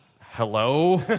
Hello